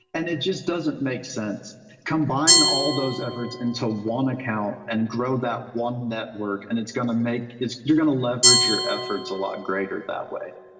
and it just doesn't make sense. combine all those efforts into one account and grow that one network, and it's gonna make, you're gonna leverage your efforts a lot greater that way.